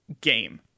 game